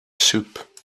soup